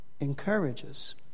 encourages